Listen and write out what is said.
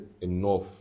enough